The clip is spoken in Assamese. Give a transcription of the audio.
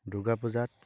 দুৰ্গা পূজাত